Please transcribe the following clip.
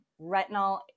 Retinol